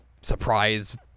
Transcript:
surprise